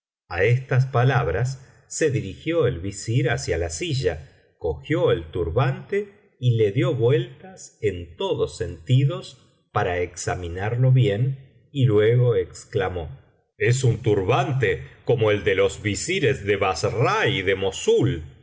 a estas palabras se dirigió el visir hacia la silla cogió el turbante y le dio vueltas en todos sentidos para examinarlo bien y luego exclamó es un turbante como el de los yisires de bassra y de mossul